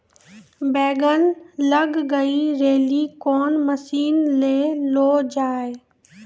बैंगन लग गई रैली कौन मसीन ले लो जाए?